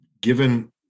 given